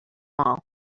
all